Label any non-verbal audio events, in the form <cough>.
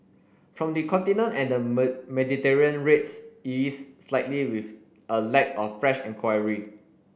from the Continent and <unintelligible> Mediterranean rates eased slightly with a lack of fresh enquiry